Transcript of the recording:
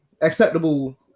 acceptable